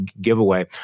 giveaway